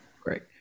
Great